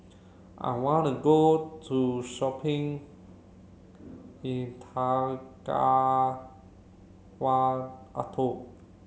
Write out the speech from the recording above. I want to go to shopping in Atoll